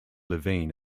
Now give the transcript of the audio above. levine